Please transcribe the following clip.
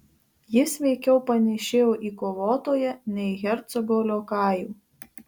jis veikiau panėšėjo į kovotoją nei į hercogo liokajų